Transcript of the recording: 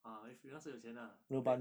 ah if 你那时候有钱啊 then